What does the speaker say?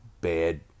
bad